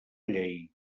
llei